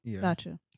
gotcha